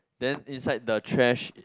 then inside the trash